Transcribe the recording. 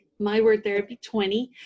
MyWordTherapy20